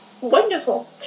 wonderful